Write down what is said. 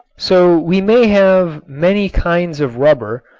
so we may have many kinds of rubber,